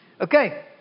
Okay